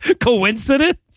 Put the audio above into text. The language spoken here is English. Coincidence